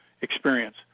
experience